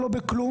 לא בכלום